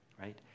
right